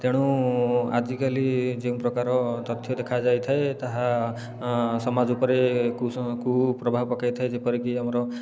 ତେଣୁ ଆଜିକାଲି ଯେଉଁ ପ୍ରକାର ତଥ୍ୟ ଦେଖାଯାଇଥାଏ ତାହା ସମାଜ ଉପରେ କୁ କୁପ୍ରଭାବ ପକାଇଥାଏ ଯେପରି କି ଆମର